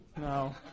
No